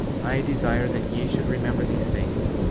i desire that ye should remember these things,